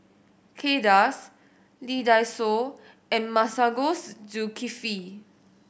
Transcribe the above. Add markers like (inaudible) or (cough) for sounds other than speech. Kay Das Lee Dai Soh and Masagos (hesitation) Zulkifli